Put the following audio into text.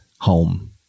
home